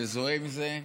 מזוהה עם זה.